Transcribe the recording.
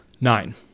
nine